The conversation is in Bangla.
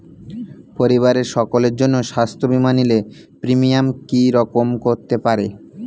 পরিবারের সকলের জন্য স্বাস্থ্য বীমা নিলে প্রিমিয়াম কি রকম করতে পারে?